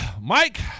Mike